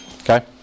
Okay